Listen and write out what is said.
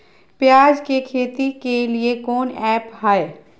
प्याज के खेती के लिए कौन ऐप हाय?